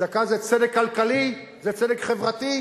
צדקה זה צדק כלכלי, זה צדק חברתי,